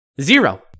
Zero